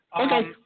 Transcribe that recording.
Okay